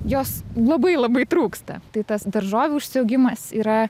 jos labai labai trūksta tai tas daržovių užsiaugimas yra